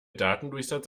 datendurchsatz